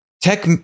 tech